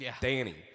Danny